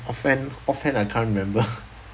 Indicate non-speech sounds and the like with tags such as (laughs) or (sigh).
offhand offhand I can't remember (laughs)